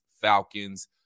Falcons